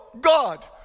God